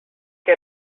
que